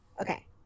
Okay